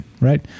right